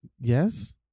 yes